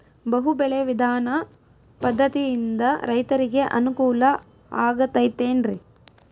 ಬಹು ಬೆಳೆ ವಿಧಾನ ಪದ್ಧತಿಯಿಂದ ರೈತರಿಗೆ ಅನುಕೂಲ ಆಗತೈತೇನ್ರಿ?